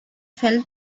fell